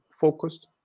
focused